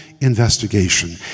investigation